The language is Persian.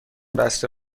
بسته